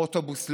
אוטובוס?